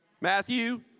Matthew